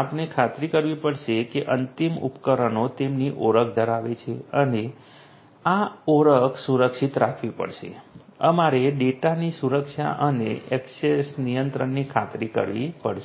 આપણે ખાતરી કરવી પડશે કે અંતિમ ઉપકરણો તેમની ઓળખ ધરાવે છે અને આ ઓળખ સુરક્ષિત રાખવી પડશે અમારે ડેટાની સુરક્ષા અને ઍક્સેસ નિયંત્રણની ખાતરી કરવી પડશે